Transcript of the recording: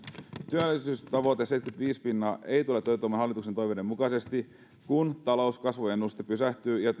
työllisyystavoite seitsemänkymmentäviisi pinnaa ei tule toteutumaan hallituksen toiveiden mukaisesti kun talouskasvuennuste pysähtyy ja